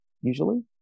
usually